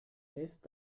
lässt